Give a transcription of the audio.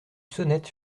sonnette